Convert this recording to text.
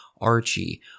Archie